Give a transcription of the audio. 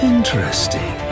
Interesting